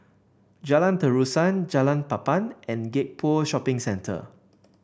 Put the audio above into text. Jalan Terusan Jalan Papan and Gek Poh Shopping Centre